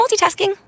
multitasking